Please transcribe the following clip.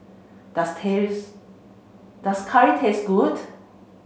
does does Curry taste good